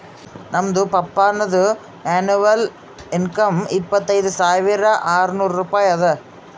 ನಮ್ದು ಪಪ್ಪಾನದು annual income ಇಪ್ಪತೈದ್ ಸಾವಿರಾ ಆರ್ನೂರ್ ರೂಪಾಯಿ ಅದಾ